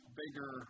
bigger